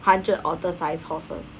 hundred otter-sized horses